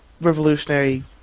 revolutionary